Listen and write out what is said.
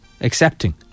accepting